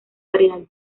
variedad